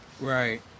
Right